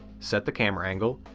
set the camera angle,